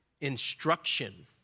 instruction